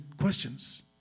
questions